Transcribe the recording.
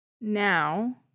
now